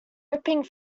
ripping